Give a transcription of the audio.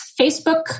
Facebook